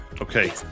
Okay